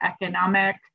economic